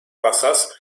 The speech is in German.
wassers